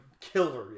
killer